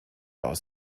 aus